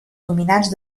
dominants